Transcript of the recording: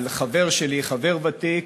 על חבר שלי, חבר ותיק,